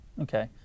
Okay